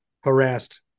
harassed